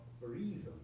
reason